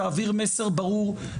תעביר מסר ברור.